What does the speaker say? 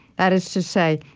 that is to say,